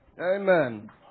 Amen